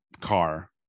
car